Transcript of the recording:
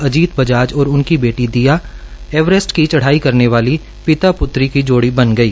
अतीत बजाज और उनकी बेटी दीया एवरेस्ट की चढाई करने वाली पिता पुत्री की जोड़ी बन गई